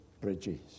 bridges